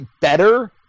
better